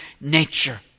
nature